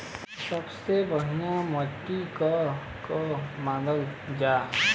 सबसे बढ़िया माटी के के मानल जा?